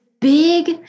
big